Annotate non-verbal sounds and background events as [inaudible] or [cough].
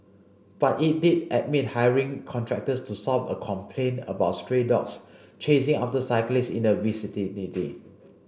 but it did admit hiring contractors to solve a complaint about stray dogs chasing after cyclists in the [unintelligible]